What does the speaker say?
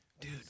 Dude